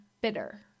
bitter